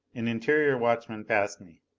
an interior watchman passed me.